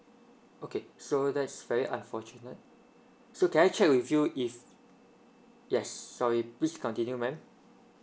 okay so that's very unfortunate so can I check with you if yes sorry please continue mam